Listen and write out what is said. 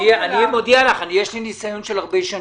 אני מודיע לך, יש לי ניסיון של הרבה שנים: